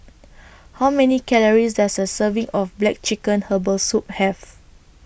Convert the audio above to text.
How Many Calories Does A Serving of Black Chicken Herbal Soup Have